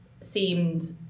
seemed